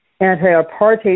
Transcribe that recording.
anti-apartheid